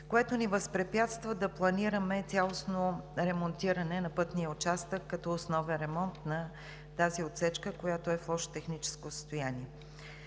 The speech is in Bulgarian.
което ни възпрепятства да планираме цялостно ремонтиране на пътния участък като основен ремонт на тази отсечка, която е в лошо техническо състояние.